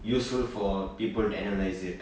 useful for people to analyze it